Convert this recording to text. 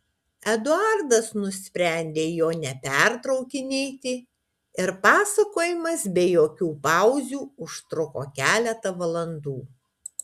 eduardas nusprendė jo nepertraukinėti ir pasakojimas be jokių pauzių užtruko keletą valandų